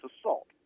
assault